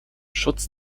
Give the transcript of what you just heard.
schutz